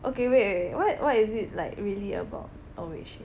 okay wait wait wait what what is it like really about